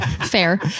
Fair